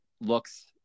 looks